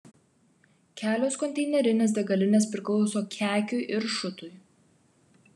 kelios konteinerinės degalinės priklauso kekiui ir šutui